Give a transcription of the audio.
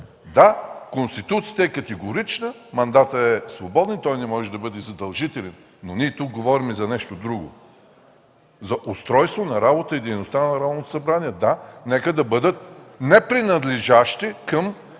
Да, Конституцията е категорична – мандатът е свободен, той не може да бъде задължителен, но тук говорим за нещо друго – за устройството на работата и дейността на Народното събрание. Да, нека да бъдат непринадлежащи към